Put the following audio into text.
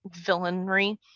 villainry